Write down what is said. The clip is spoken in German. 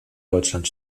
deutschland